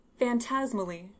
phantasmally